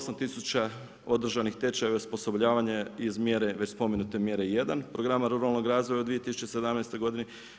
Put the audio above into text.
8000 održanih tečajeva i osposobljavanje iz mjere, već spomenute mjere 1 programa ruralnog razvoja u 2017. godini.